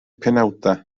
penawdau